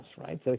Right